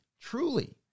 truly